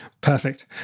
perfect